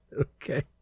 Okay